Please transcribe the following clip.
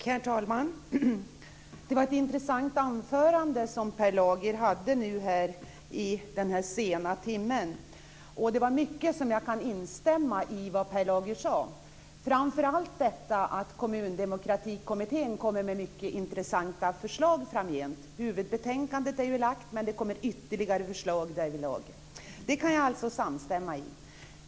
Herr talman! Det var ett intressant anförande som Per Lager höll i denna sena timme. Jag kunde instämma i mycket av det som han sade. Det gäller framför allt detta att Kommundemokratikommittén kommer med mycket intressanta förslag framgent. Huvudbetänkandet är ju framlagt, men det kommer ytterligare förslag därvidlag. Det kan jag alltså samstämma i.